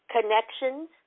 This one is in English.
connections